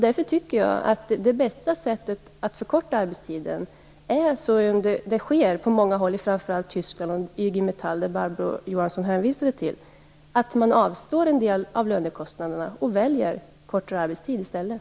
Därför tycker jag att det bästa sättet att förkorta arbetstiden är det som framförs på många håll, framför allt i Tyskland av IG Metall, och som Barbro Johansson hänvisade till: Man avstår en del av lönekostnaderna och väljer kortare arbetstid i stället.